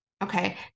Okay